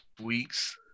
weeks